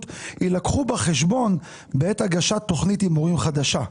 יילקחו בחשבון בעת הגשת תוכנית הימורים חדשה.